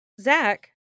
Zach